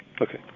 Okay